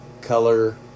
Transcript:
color